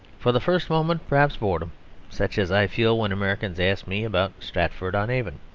for the first moment, perhaps, boredom such as i feel when americans ask me about stratford-on-avon.